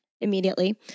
immediately